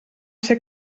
ser